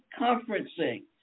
conferencing